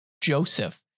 Joseph